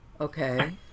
okay